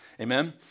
Amen